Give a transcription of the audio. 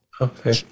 Okay